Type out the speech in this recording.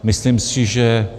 Myslím si, že...